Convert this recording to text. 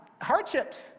Hardships